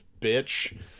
bitch